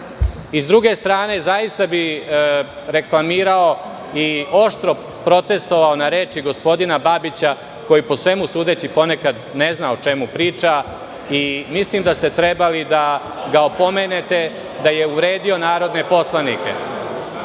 druge strane, zaista bi reklamirao i oštro protestvovao na reči gospodina Babića, svemu sudeći ponekad ne zna o čemu priča i mislim da ste trebali da ga opomenete da je uvredio narodne poslanike. Dakle,